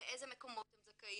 באיזה מקומות הם זכאים,